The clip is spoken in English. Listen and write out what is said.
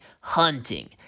hunting